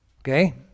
Okay